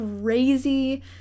crazy